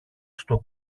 στο